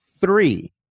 three